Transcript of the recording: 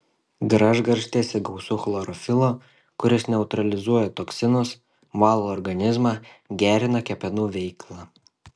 gražgarstėse gausu chlorofilo kuris neutralizuoja toksinus valo organizmą gerina kepenų veiklą